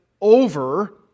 over